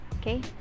Okay